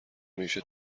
میشه